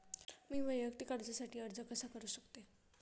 मी वैयक्तिक कर्जासाठी अर्ज कसा करु शकते?